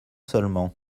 seulement